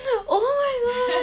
oh I like